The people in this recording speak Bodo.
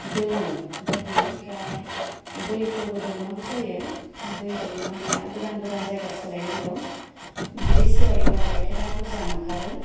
दोनो आमफ्राय बिनिफ्राय दैफोरबो दौनांगौ जायो दै दौनानै आरो गोदान गोदान जायगा सोलायनांगौ बिदि सोलायोबा गाइखेरा बुरजा ओंखारो